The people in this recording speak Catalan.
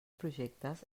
projectes